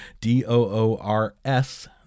D-O-O-R-S